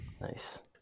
Nice